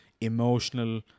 emotional